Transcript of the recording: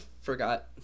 forgot